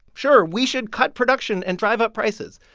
sure, we should cut production and drive up prices.